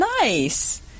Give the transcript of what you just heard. Nice